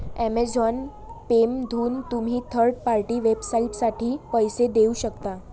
Amazon पेमधून तुम्ही third party वेबसाइटसाठी पैसे देऊ शकता